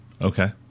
Okay